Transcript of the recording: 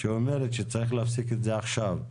שאומרת שצריך להפסיק את זה עכשיו.